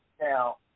now